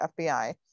fbi